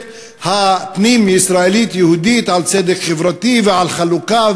הפנים ישראלית-יהודית על צדק חברתי ועל חלוקה,